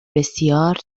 بسیار